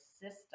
system